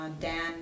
Dan